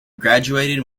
graduating